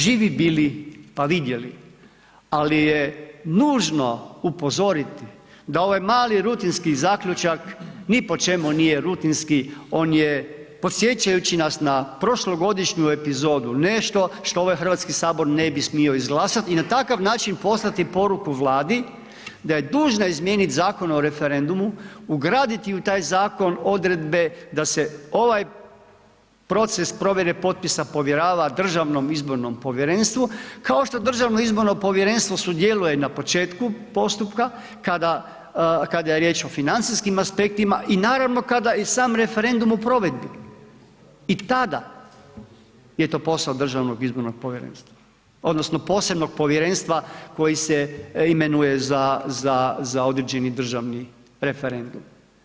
Živi bili pa vidjeli, ali je nužno upozoriti da ovaj mali rutinski zaključak ni po čemu nije rutinski on je podsjećajući nas na prošlogodišnju epizodu, nešto što ovaj Hrvatski sabor ne smio izglasati i na takav način poslati poruku Vladi da je dužna izmijeniti Zakon o referendumu, ugraditi u taj zakon odredbe da se ovaj proces provjere potpisa povjerava Državnom izbornom povjerenstvu, kao što Državno izborno povjerenstvo sudjeluje na početku postupka kada, kada je riječ o financijskim aspektima i naravno kada i sam referendum u provedbi i tada je to posao Državnog izbornog povjerenstva odnosno posebnog povjerenstva koji se imenuje za određeni državni referendum.